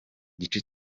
gice